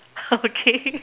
okay